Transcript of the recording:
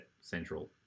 central